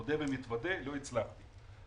מודה ומתוודה, לא הצלחתי.